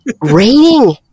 raining